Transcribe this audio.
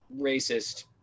racist